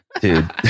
dude